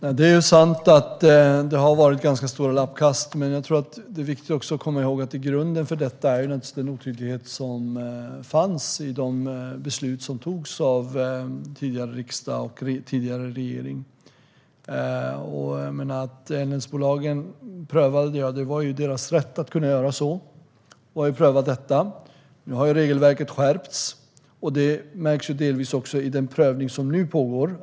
Herr talman! Det är sant att det har varit ganska stora lappkast. Men det är viktigt att komma ihåg att i grunden handlar det om den otydlighet som fanns i och med de beslut som fattades av tidigare riksdag och regering. Elnätsbolagen hade den rätten. Nu har regelverket skärpts, och det märks delvis i den prövning som nu pågår.